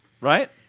right